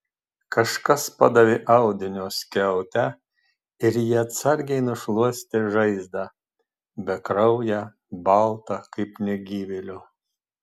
kažkas padavė audinio skiautę ir ji atsargiai nušluostė žaizdą bekrauję baltą kaip negyvėlio